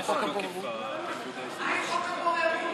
חוק הבוררות?